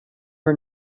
her